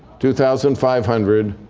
two thousand five hundred,